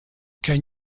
can